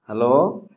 hello